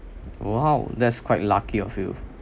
!wow! that's quite lucky of you